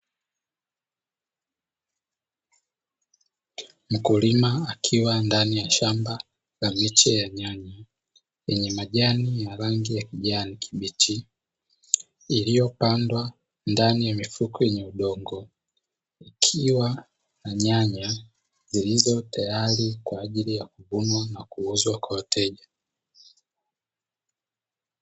Mkulima akiwa ndani ya shamba la miche ya nyanya yenye majani ya rangi ya kijani kibichi, iliyopandwa ndani ya mifuko yenye udongo ikiwa na nyanya zilizo tayari kwa ajili ya kuvunwa na kuuzwa kwa wateja.